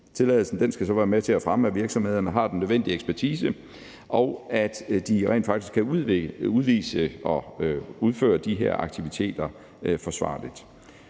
Tilladelsen skal så være med til at fremme, at virksomhederne har den nødvendige ekspertise, og at de rent faktisk kan udføre de her aktiviteter forsvarligt.